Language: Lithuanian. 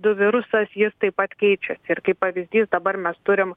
du virusas ji taip pat keičiasi ir kaip pavyzdys dabar mes turim